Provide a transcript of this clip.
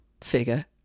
figure